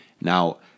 Now